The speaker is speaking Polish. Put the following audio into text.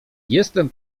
jestem